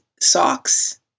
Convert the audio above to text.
Socks